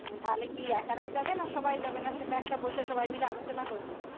হ্যাঁ তাহলে কি একারাই যাবে না সবাই যাবে না সেটা একটা বসে সবাই মিলে আলোচনা করবে